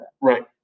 Right